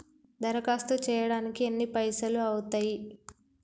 దరఖాస్తు చేయడానికి ఎన్ని పైసలు అవుతయీ?